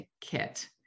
kit